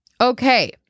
Okay